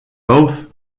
both